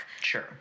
Sure